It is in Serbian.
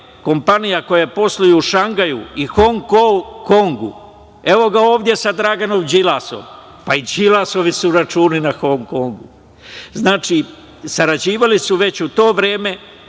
kompanija koja posluje u Šangaju i Hong Kongu. Evo ga ovde sa Draganom Đilasom. Pa i Đilasovi su računi u Hong Kongu. Znači, sarađivali su već u to vreme